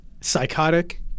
psychotic